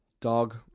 dog